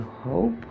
hope